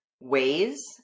ways